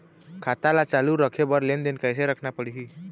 खाता ला चालू रखे बर लेनदेन कैसे रखना पड़ही?